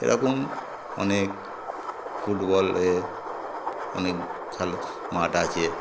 এরকম অনেক ফুটবলে অনেক খেলার মাঠ আছে